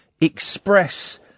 express